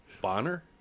Bonner